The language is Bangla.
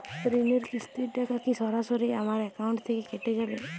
ঋণের কিস্তির টাকা কি সরাসরি আমার অ্যাকাউন্ট থেকে কেটে যাবে?